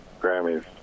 Grammys